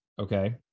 okay